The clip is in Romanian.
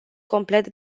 complet